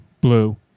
blue